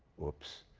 whoops.